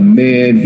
man